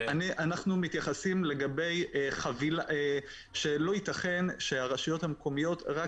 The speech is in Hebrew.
אנחנו מתייחסים לכך שלא יתכן שהרשויות המקומיות רק